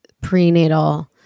prenatal